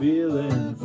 Feeling